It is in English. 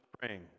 praying